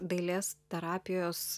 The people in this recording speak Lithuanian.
dailės terapijos